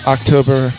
October